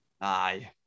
Aye